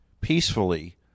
peacefully